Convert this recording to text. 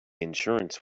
insurance